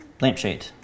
lampshade